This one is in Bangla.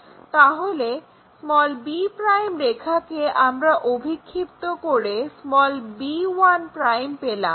তাহলে b' রেখাকে আমরা অভিক্ষিপ্ত করে b1' পেলাম